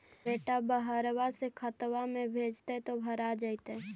बेटा बहरबा से खतबा में भेजते तो भरा जैतय?